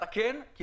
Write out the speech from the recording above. אתה כן,